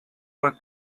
were